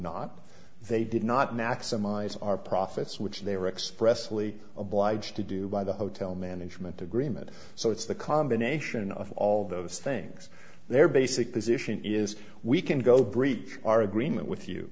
not they did not maximize our profits which they were expressly obliged to do by the hotel management agreement so it's the combination of all those things their basic position is we can go breach our agreement with you